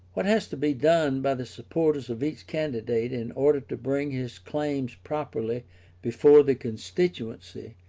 what has to be done by the supporters of each candidate in order to bring his claims properly before the constituency,